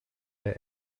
der